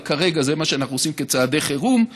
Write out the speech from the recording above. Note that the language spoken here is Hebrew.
אבל כרגע זה מה שאנחנו עושים כצעדי חירום.